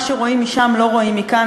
מה שרואים משם לא רואים מכאן.